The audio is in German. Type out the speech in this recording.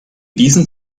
diesen